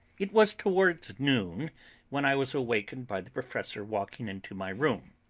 it was towards noon when i was awakened by the professor walking into my room.